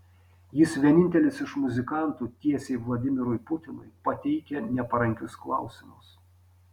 jis vienintelis iš muzikantų tiesiai vladimirui putinui pateikia neparankius klausimus